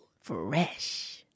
Fresh